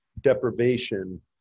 deprivation